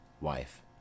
Wife